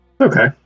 Okay